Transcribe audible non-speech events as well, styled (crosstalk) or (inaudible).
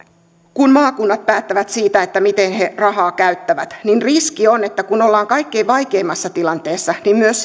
kun maakunnat päättävät siitä miten he rahaa käyttävät riski on että kun ollaan kaikkein vaikeimmassa tilanteessa niin myös (unintelligible)